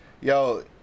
Yo